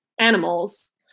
animals